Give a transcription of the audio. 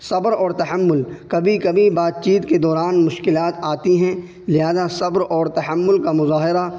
صبر اور تحمل کبھی کبھی بات چیت کے دوران مشکلات آتی ہیں لہٰذا صبر اور تحمل کا مظاہرہ